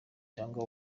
cyangwa